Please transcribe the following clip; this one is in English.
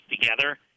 together